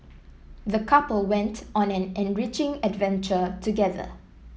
the couple went on an enriching adventure together